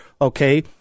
okay